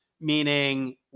meaning